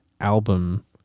album